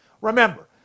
Remember